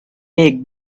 take